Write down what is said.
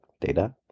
data